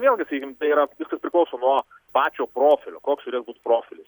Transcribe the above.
vėlgi sakykim tai yra viskas priklauso nuo pačio profilio koks turėtų būt profilis